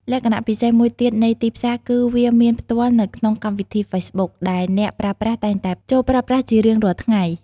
លក្ខណៈពិសេសមួយទៀតនៃ ទីផ្សារ គឺវាមានផ្ទាល់នៅក្នុងកម្មវិធី ហ្វេសប៊ុក ដែលអ្នកប្រើប្រាស់តែងតែចូលប្រើប្រាស់ជារៀងរាល់ថ្ងៃ។